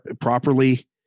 properly